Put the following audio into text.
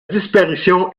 disparition